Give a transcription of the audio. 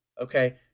Okay